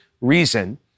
reason